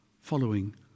following